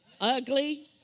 ugly